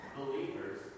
believers